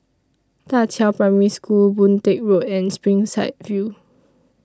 DA Qiao Primary School Boon Teck Road and Springside View